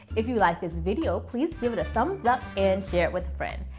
if you liked this video, please give it a thumbs up and share it with a friend.